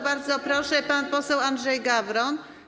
Bardzo proszę, pan poseł Andrzej Gawron.